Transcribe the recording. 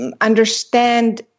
understand